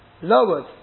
Lowered